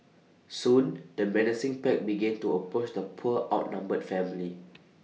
soon the menacing pack began to approach the poor outnumbered family